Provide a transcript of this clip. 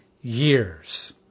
years